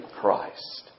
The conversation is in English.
Christ